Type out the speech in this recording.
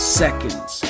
seconds